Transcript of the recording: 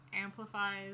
amplifies